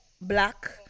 black